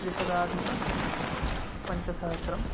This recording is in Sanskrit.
त्रिशताधिकपञ्चसहस्रम्